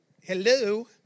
Hello